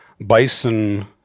bison